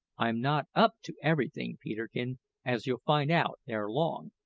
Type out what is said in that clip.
i'm not up to everything, peterkin, as you'll find out ere long,